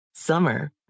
Summer